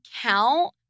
count